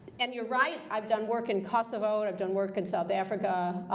and you're right, i've done work in kosovo, and i've done work in south africa.